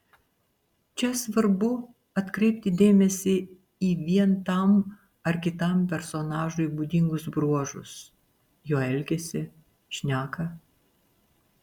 čia svarbu atkreipti dėmesį į vien tam ar kitam personažui būdingus bruožus jo elgesį šneką